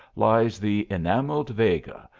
lies the enamelled vega,